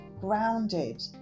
grounded